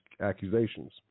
accusations